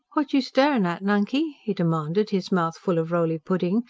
what you staring at, nunkey? he demanded, his mouth full of roly-pudding,